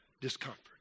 discomfort